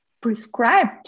prescribed